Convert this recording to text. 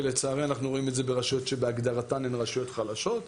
ולצערי אנחנו רואים את זה ברשויות שבהגדרתן הן רשויות חלשות,